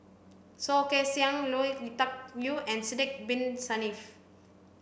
Soh Kay Siang Lui Tuck Yew and Sidek Bin Saniff